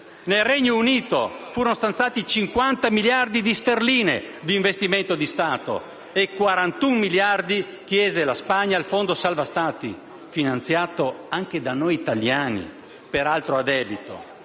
Nel Regno Unito furono stanziati 50 miliardi di sterline di investimento di Stato e 41 miliardi chiese la Spagna al Fondo salva-Stati, finanziato anche da noi italiani, peraltro a debito.